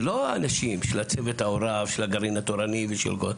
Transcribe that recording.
לא האנשים של צוות ההוראה ושל הגרעין התורני וגו'.